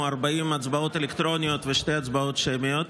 40 הצבעות אלקטרוניות ושתי הצבעות שמיות,